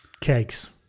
cakes